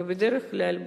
בדרך כלל,